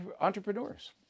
entrepreneurs